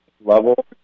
level